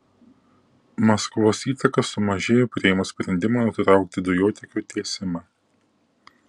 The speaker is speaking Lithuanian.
maskvos įtaka sumažėjo priėmus sprendimą nutraukti dujotiekio tiesimą